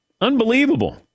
Unbelievable